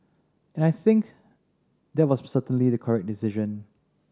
and I think that was certainly the correct decision